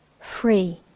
free